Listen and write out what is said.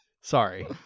Sorry